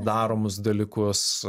daromus dalykus